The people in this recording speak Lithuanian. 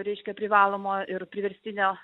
reiškia privalomo ir priverstinio